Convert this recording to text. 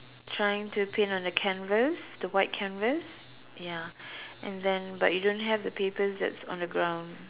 trying to paint on a canvas the white canvas ya and then but he don't have the papers that's on the ground